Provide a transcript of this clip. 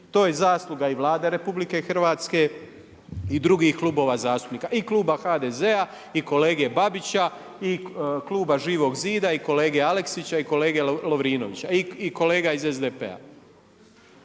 to je zasluga i Vlade RH i drugih klubova zastupnika i kluba HDZ-a i kolege Babića i kluba Živog zida i kolege Aleksića i kolege Lovrinovića i kolega iz SDP-a.